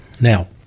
Now